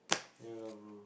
ya lah bro